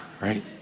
right